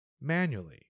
manually